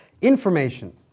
information